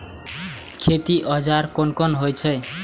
खेती औजार कोन कोन होई छै?